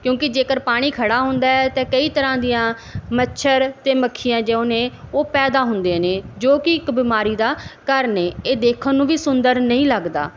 ਕਿਉਂਕਿ ਜੇਕਰ ਪਾਣੀ ਖੜਾ ਹੁੰਦਾ ਤਾਂ ਕਈ ਤਰ੍ਹਾਂ ਦੀਆਂ ਮੱਛਰ ਅਤੇ ਮੱਖੀਆਂ ਜੋ ਨੇ ਉਹ ਪੈਦਾ ਹੁੰਦੇ ਨੇ ਜੋ ਕਿ ਇੱਕ ਬਿਮਾਰੀ ਦਾ ਘਰ ਨੇ ਇਹ ਦੇਖਣ ਨੂੰ ਵੀ ਸੁੰਦਰ ਨਹੀਂ ਲੱਗਦਾ